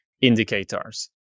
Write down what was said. indicators